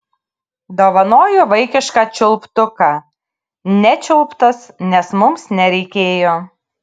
dovanoju vaikišką čiulptuką nečiulptas nes mums nereikėjo